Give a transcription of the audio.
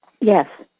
Yes